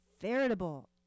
veritable